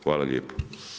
Hvala lijepo.